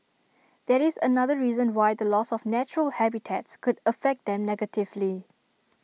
that is another reason why the loss of natural habitats could affect them negatively